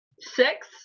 six